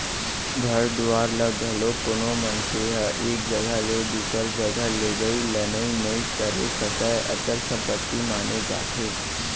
घर दुवार ल घलोक कोनो मनखे ह एक जघा ले दूसर जघा लेगई लनई नइ करे सकय, अचल संपत्ति माने जाथे